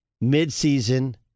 mid-season